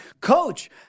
Coach